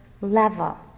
level